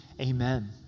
Amen